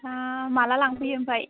हा माला लांफैयो ओमफाय